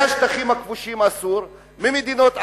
מהשטחים הכבושים, אסור, ממדינות ערב,